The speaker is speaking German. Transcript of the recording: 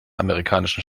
amerikanischen